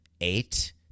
eight